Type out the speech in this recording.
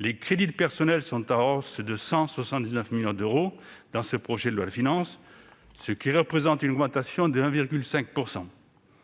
Les crédits de personnels sont en hausse de 179 millions d'euros dans ce projet de loi de finances, ce qui représente une augmentation de 1,5 %.